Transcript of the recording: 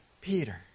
Peter